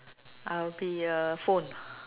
I will be a phone